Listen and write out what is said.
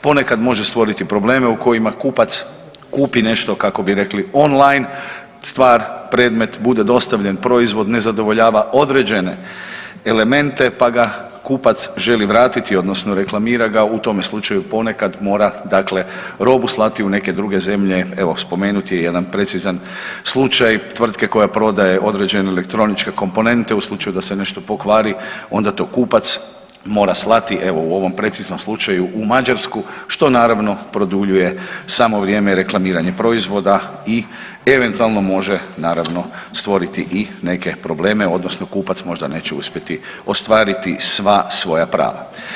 ponekad može stvoriti probleme u kojima kupac kupi nešto kako bi rekli on-line, stvar, predmet bude dostavljen proizvod ne zadovoljava određene elemente pa ga kupac želi vratiti odnosno reklamira ga u tome slučaju ponekad mora dakle robu slati u neke druge zemlje evo spomenut je jedan precizan slučaj tvrtke koja prodaje određene elektroničke komponente u slučaju da se nešto pokvari onda to kupac mora slati evo u ovom preciznom slučaju u Mađarsku što naravno produljuje samo vrijeme reklamiranja proizvoda i eventualno može naravno stvoriti i neke probleme odnosno kupac možda neće uspjeti ostvariti sva svoja prava.